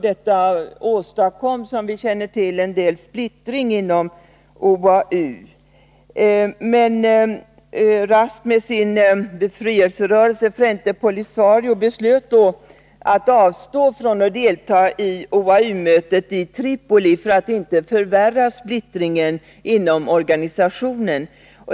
Detta åstadkom, som vi känner till, en del splittring inom OAU. Men RASD med sin befrielserörelse Frente POLISARIO beslöt då att avstå från att delta i OAU-mötet i Tripoli för att inte förvärra splittringen inom organisationen.